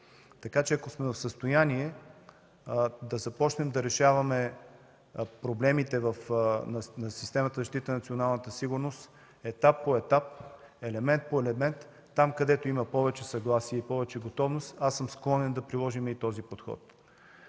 така че, ако сме в състояние да започнем да решаваме проблемите на системата за защита на националната сигурност етап по етап, елемент по елемент, там, където има повече съгласие и повече готовност, аз съм склонен да приложим и този подход.